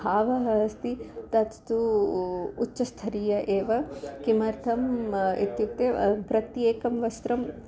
भावः अस्ति तत्सु उच्चस्थरीयम् एव किमर्थम् इत्युक्ते प्रत्येकं वस्त्रम्